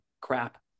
crap